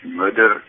murder